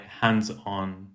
hands-on